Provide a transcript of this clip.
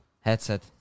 Headset